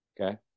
Okay